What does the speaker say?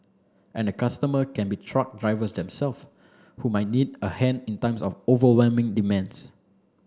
and the customer can be truck drivers them self who might need a hand in times of overwhelming demands